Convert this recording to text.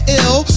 ill